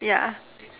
yeah